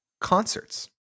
concerts